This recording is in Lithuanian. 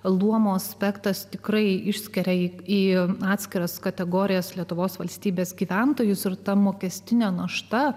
luomo spektras tikrai išskiria jį į atskiras kategorijas lietuvos valstybės gyventojus ir ta mokestinė našta